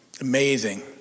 Amazing